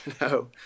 No